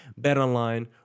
BetOnline